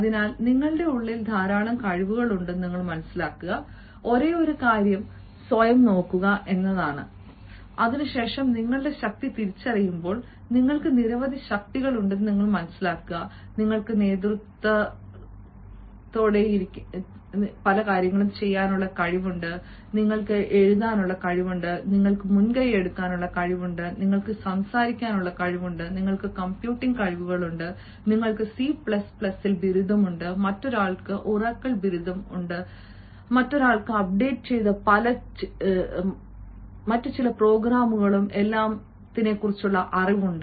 അതിനാൽ നിങ്ങളുടെ ഉള്ളിൽ ധാരാളം കഴിവുകളുണ്ട് ഒരേയൊരു കാര്യം സ്വയം നോക്കുക എന്നതാണ് അതിനുശേഷം നിങ്ങളുടെ ശക്തി തിരിച്ചറിയുമ്പോൾ നിങ്ങൾക്ക് നിരവധി ശക്തികളുണ്ട് നിങ്ങൾക്ക് നേതൃത്വമുണ്ട് നിങ്ങൾക്ക് എഴുത്ത് കഴിവുണ്ട് നിങ്ങൾക്ക് മുൻകൈയെടുക്കാൻ കഴിവുകളുണ്ട് നിങ്ങൾക്ക് സംസാരിക്കാനുള്ള കഴിവുണ്ട് നിങ്ങൾക്ക് കമ്പ്യൂട്ടിംഗ് കഴിവുകളുണ്ട് നിങ്ങൾക്ക് സി ൽ ബിരുദം ഉണ്ട് മറ്റൊരാൾക്ക് ഒറാക്കിളിൽ ബിരുദം ഉണ്ട് മറ്റൊരാൾക്ക് അപ്ഡേറ്റുചെയ്ത മറ്റ് ചില പ്രോഗ്രാമുകളും എല്ലാം പറയാനുള്ള അറിവുണ്ട്